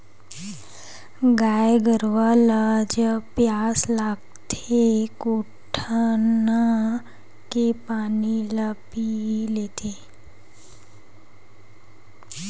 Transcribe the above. गाय गरुवा ल जब पियास लागथे कोटना के पानी ल पीय लेथे